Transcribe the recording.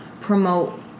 promote